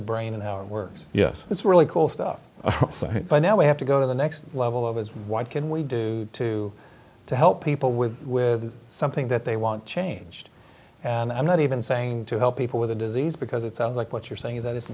the brain and how it works yes it's really cool stuff by now we have to go to the next level of it what can we do to to help people with something that they want changed and i'm not even saying to help people with a disease because it sounds like what you're saying that it's